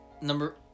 Number